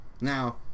Now